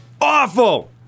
Awful